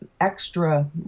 extra